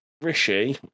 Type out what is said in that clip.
Rishi